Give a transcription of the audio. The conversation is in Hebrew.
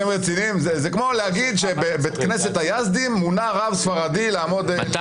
זה כמו להגיד שבבית כנסת היזדים מונה רב אשכנזי לעמוד --- אתה